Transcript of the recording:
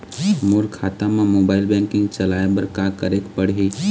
मोर खाता मा mobile banking चलाए बर का करेक पड़ही?